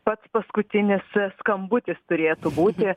pats paskutinis skambutis turėtų būti